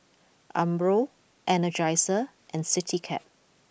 Umbro Energizer and Citycab